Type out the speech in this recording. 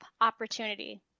opportunity